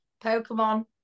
Pokemon